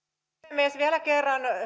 puhemies vielä kerran